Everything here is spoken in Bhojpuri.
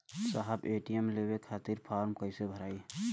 साहब ए.टी.एम लेवे खतीं फॉर्म कइसे भराई?